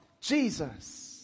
Jesus